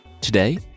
Today